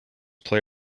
play